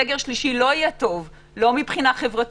שיהיה לא טוב לא מבחינה חברתית,